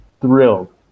thrilled